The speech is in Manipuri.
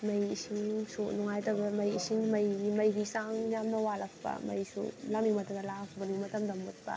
ꯃꯩ ꯏꯁꯤꯡꯁꯨ ꯅꯨꯡꯉꯥꯏꯇꯕꯅ ꯃꯩ ꯏꯁꯤꯡ ꯃꯩꯒꯤ ꯃꯩꯒꯤ ꯆꯥꯡ ꯌꯥꯝꯅ ꯋꯥꯠꯂꯛꯄ ꯃꯩꯁꯨ ꯂꯥꯛꯅꯤꯡ ꯃꯇꯝꯗ ꯂꯥꯛꯄ ꯃꯨꯠꯅꯤꯡ ꯃꯇꯝꯗ ꯃꯨꯠꯄ